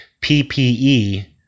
PPE